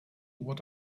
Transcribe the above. what